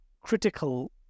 critical